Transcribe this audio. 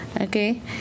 Okay